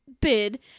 bid